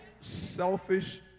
selfish